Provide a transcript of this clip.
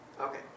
Okay